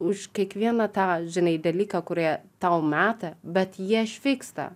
už kiekvieną tą žinai dalyką kur jie tau meta bet jie išvyksta